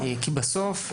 בסוף,